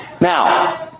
Now